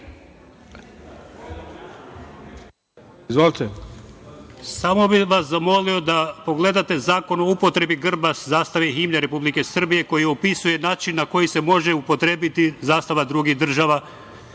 Samo bih vas zamolio da pogledate Zakon o upotrebi grba, zastave i himne Republike Srbije, koji opisuje način na koji se može upotrebiti zastava drugih država,